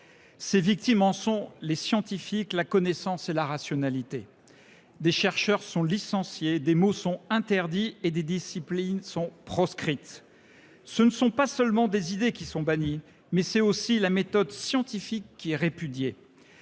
Ses victimes en sont les scientifiques, la connaissance et la rationalité. Des chercheurs sont licenciés, des mots interdits et des disciplines proscrites. Non seulement les idées sont bannies, mais la méthode scientifique est aussi répudiée.